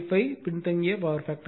85 பின்தங்கிய power factor